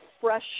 fresh